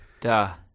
duh